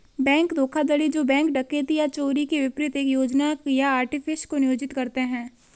bank धोखाधड़ी जो bank डकैती या चोरी के विपरीत एक योजना या आर्टिफिस को नियोजित करते हैं